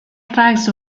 tracks